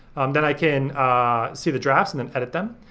then i can see the drafts and then edit them.